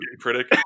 critic